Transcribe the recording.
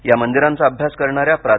या मंदिरांचा अभ्यास करणाऱ्या प्रा